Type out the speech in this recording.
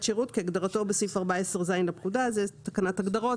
שירות כהגדרתו בסעיף 14ז לפקודה." זו תקנת הגדרות,